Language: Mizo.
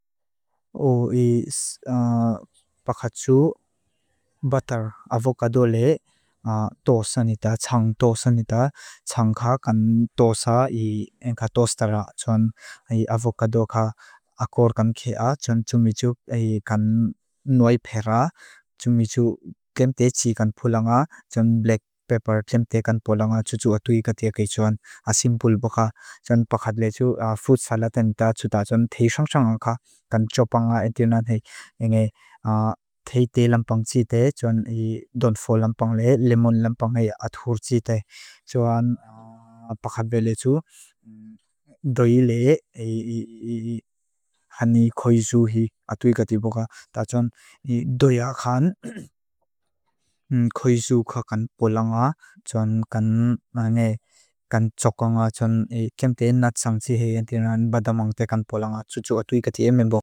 O i pakatu batar avokadole tosanita, tsang tosanita, tsang ka kan tosa i enka tostara. Tson avokado ka akor kan kea, tson tumiju kan nuai pera, tumiju kem te chi kan pulanga, tson black pepper kem te kan pulanga. O i pakatu batar avokadole tosanita, tson tumiju kan nuai pera, tson tumiju kan nuai pera.